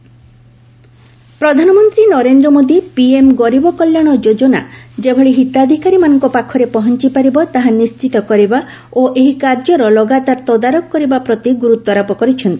PM ଗରିବ କଲ୍ୟାଣ ଯୋଜନା ପ୍ରଧାନମନ୍ତ୍ରୀ ନରେନ୍ଦ୍ର ମୋଦି ପିଏମ୍ ଗରିବ କଲ୍ୟାଣ ଯୋଜନା ଯେଭଳି ହିତାଧିକାରୀମାନଙ୍କ ପାଖରେ ପହଞ୍ଚ ପାରିବ ତାହା ନିଶ୍ଚିତ କରିବା ଓ ଏହି କାର୍ଯ୍ୟର ଲଗାତାର ତଦାରଖ କରିବା ପ୍ରତି ଗୁରୁତ୍ୱାରୋପ କରିଛନ୍ତି